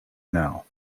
now